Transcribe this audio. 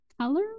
color